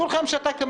וכולכם שתקתם,